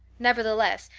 nevertheless,